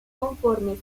conforme